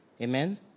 Amen